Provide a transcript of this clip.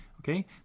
Okay